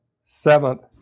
seventh